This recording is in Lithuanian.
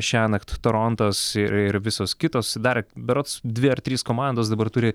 šiąnakt torontas i ir visos kitos dar berods dvi ar trys komandos dabar turi